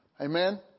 Amen